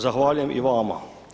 Zahvaljujem i vama.